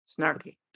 snarky